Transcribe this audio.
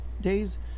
days